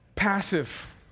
Passive